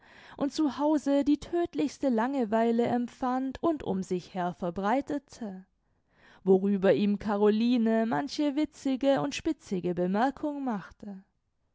und zu hause die tödtlichste langeweile empfand und um sich her verbreitete worüber ihm caroline manche witzige und spitzige bemerkung machte